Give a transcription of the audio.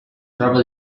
troba